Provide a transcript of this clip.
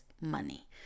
money